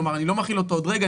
כלומר אני לא מחיל אותו עוד רגע,